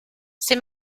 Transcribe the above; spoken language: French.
c’est